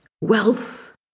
wealth